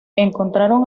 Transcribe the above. encontraron